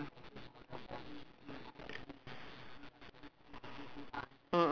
there's there's another one eh uh what's this uh also in yishun but I